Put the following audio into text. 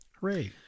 Hooray